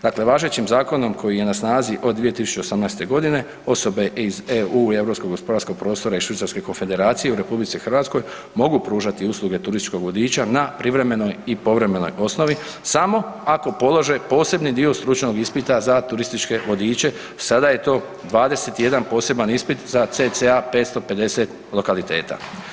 Dakle važećim zakonom koji je na snazi od 2018. g. osobe iz EU i EGP-a i Švicarske Konfederacije u RH mogu pružati usluge turističkog vodiča na privremenoj i povremenoj osnovi samo ako polože posebni dio stručnog ispita za turističke vodiče, sada je to 21 poseban ispit za cca. 550 lokaliteta.